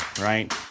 right